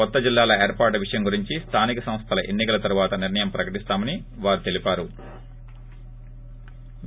కొత్త జిల్లాల ఏర్పాటు విషయం గురించి స్థానిక సంస్థల ఎన్ని కల తరువాత నిర్ణయం ప్రకటిస్తామని వారు తెలిపారు